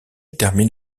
termine